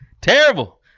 terrible